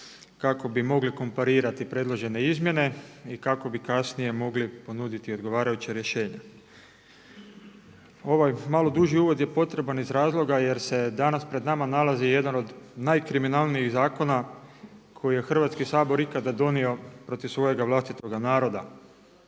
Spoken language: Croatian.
kako bi mogli komparirati predložene izmjene i kako bi kasnije mogli ponuditi odgovarajuća rješenja. Ovaj malo duži uvod je potreban iz razloga jer se danas pred nama nalazi jedan od najkriminalnijih zakona koji je Hrvatski sabor ikada donio protiv svojega vlastitoga naroda.